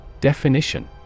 Definition